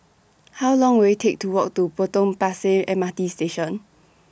How Long Will IT Take to Walk to Potong Pasir M R T Station